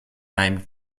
name